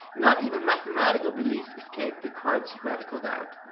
not even mathematical beliefs escape descartes's radical doubt,